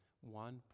one